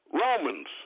Romans